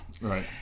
Right